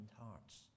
hearts